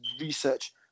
research